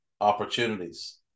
opportunities